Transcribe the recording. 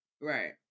Right